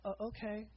okay